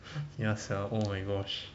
ya sia oh my gosh